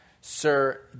sir